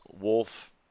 wolf